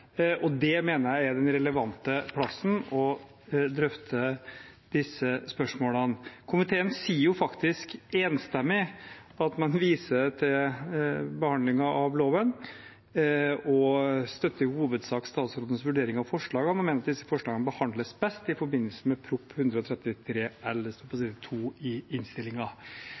og det mener jeg er den relevante plassen å drøfte disse spørsmålene på. Komiteen sier faktisk enstemmig på side 2 i innstillingen at de viser til behandlingen av loven og i hovedsak støtter statsrådens vurdering av forslagene og mener disse forslagene behandles best i forbindelse med Prop. 133